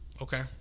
Okay